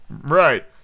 Right